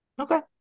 Okay